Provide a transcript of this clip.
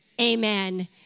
Amen